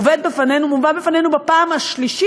בפעם השלישית,